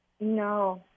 no